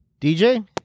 DJ